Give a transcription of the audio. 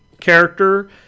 character